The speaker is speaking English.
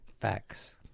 Facts